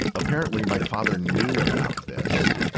apparently my father knew about this.